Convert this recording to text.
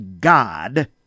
God